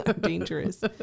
dangerous